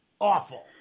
Awful